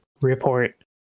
report